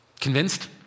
Convinced